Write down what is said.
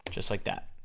just like that.